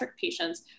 patients